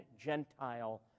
Gentile